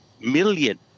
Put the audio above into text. million